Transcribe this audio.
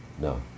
No